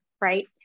Right